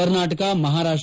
Karnataka Maharashtra